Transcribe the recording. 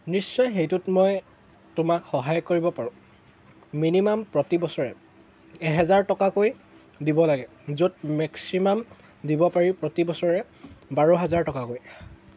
নিশ্চয় সেইটোত মই তোমাক সহায় কৰিব পাৰোঁ মিনিমাম প্ৰতি বছৰে এহেজাৰ টকাকৈ দিব লাগে য'ত মেক্সিমাম দিব পাৰি প্ৰতি বছৰে বাৰ হাজাৰ টকাকৈ